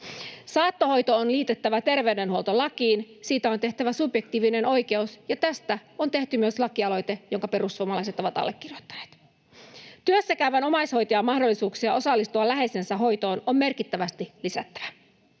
Saattohoito on liitettävä terveydenhuoltolakiin. Siitä on tehtävä subjektiivinen oikeus, ja tästä on tehty myös lakialoite, jonka perussuomalaiset ovat allekirjoittaneet. Työssäkäyvän omaishoitajan mahdollisuuksia osallistua läheisensä hoitoon on merkittävästi lisättävä.